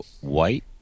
white